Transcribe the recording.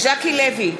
ז'קי לוי,